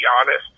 honest